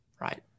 right